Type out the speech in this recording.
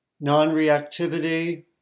non-reactivity